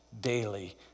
daily